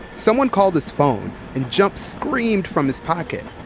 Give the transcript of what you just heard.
someone called his phone and jump screamed from his pocket.